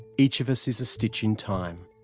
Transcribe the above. each of us is a stitch in time.